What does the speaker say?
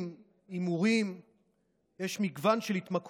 עוד מעט.